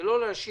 ולא לומר: